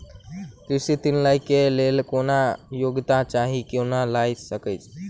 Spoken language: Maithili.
कृषि ऋण लय केँ लेल कोनों योग्यता चाहि की कोनो लय सकै है?